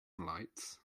lights